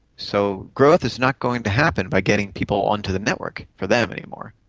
so growth is not going to happen by getting people onto the network for them any more.